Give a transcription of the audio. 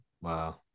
Wow